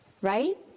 Right